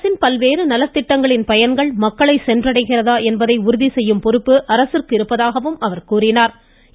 அரசின் பல்வேறு நலத்திட்டங்களின் பயன்கள் மக்களை சென்றடைகிறதா என்பதை உறுதி செய்யும் பொறுப்பு அரசிற்கு இருப்பதாக எடுத்துரைத்தாா்